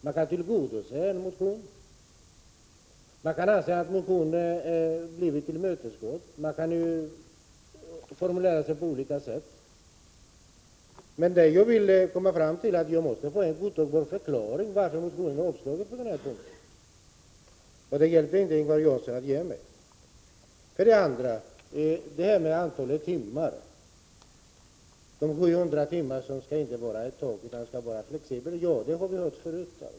Man kan formulera sig på olika sätt: Man kan tillgodose en motion, anse att motionen har tillmötesgåtts osv. Jag vill ha en godtagbar förklaring till att motionen föreslås bli avslagen på den här punkten. 700 timmar skall inte vara ett tak, utan timantalet skall vara flexibelt, säger Ingvar Johnsson. Ja, det har vi hört förut.